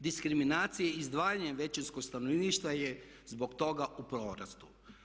Diskriminacija i izdvajanje većinskog stanovništva je zbog toga u porastu.